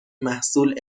محصول